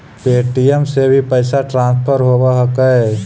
Paytm से भी पैसा ट्रांसफर होवहकै?